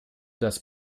das